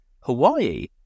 Hawaii